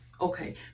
okay